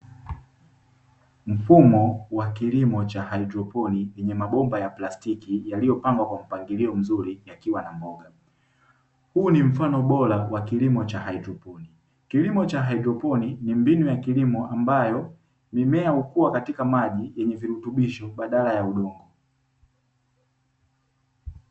Mfumo wa kilimo cha haidroponi yenye mabomba ya plastiki, yaliyopangwa kwa mpangilio mzuri yakiwa na mboga, huu ni mfano bora wa kilimo cha haidroponi kilimo cha haidroponi, ni mbinu ya kilimo ambayo, mimea hukua katika maji yenye virutubisho badala ya udongo.